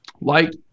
Light